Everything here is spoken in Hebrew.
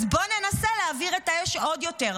אז בוא ננסה להבעיר את האש עוד יותר.